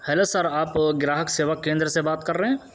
hello sir آپ گراہک سیوا کیندر سے بات کر رہے ہیں